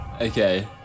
okay